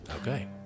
Okay